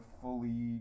fully